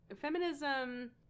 feminism